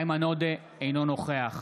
אינו נוכח